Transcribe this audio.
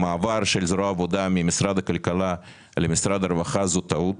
המעבר של זרוע העבודה ממשרד הכלכלה למשרד העבודה והרווחה זה טעות